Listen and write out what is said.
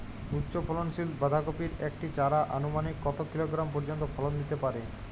উচ্চ ফলনশীল বাঁধাকপির একটি চারা আনুমানিক কত কিলোগ্রাম পর্যন্ত ফলন দিতে পারে?